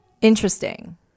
Interesting